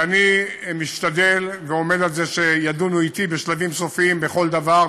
ואני משתדל ועומד על זה שידונו אתי בשלבים סופיים בכל דבר,